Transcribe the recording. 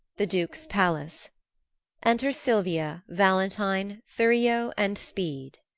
the duke's palace enter silvia, valentine, thurio, and speed